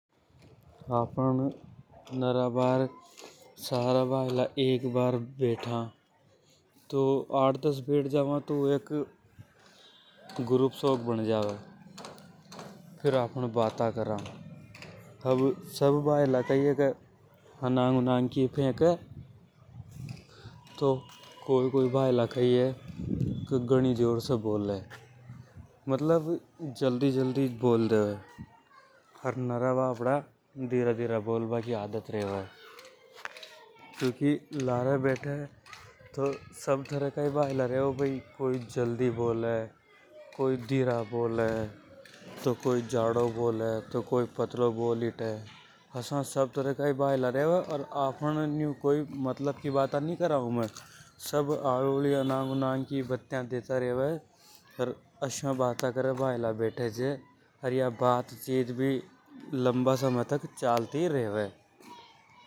आपन नरा भायला सारा एक लारे बैठा। तो आठ-दस बैठ जावा तो 1ग्रुप सोक बण जावे। सब भायला अनंग उनंग की फेंके तो कोई भईल कई हे के घणी जोर से बोले। मतलब जल्दी जल्दी बोल देवे अर नरा भापड़ा धीरा धीरा बोल बा की आदत रेवे। क्योंकि लारे बेटे तो सब तरह का रेवे कोई जल्दी बोले कोई धीरा बोले। तो कोई जड़ों बोले तो कोई पतलों बोले। अर वा कई मतलब की बाटा नि करे सब अनंग उनंग की बत्तियां देवे। तो अस्या भाईला बैठे के बाते करता रेवे अर या बातचीत लंबा समय तक चलती रेवे।